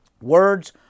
Words